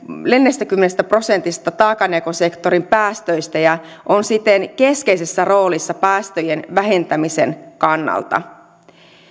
neljästäkymmenestä prosentista taakanjakosektorin päästöistä ja on siten keskeisessä roolissa päästöjen vähentämisen kannalta